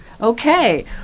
Okay